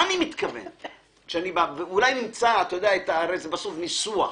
אולי נמצא בסוף ניסוח.